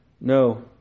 No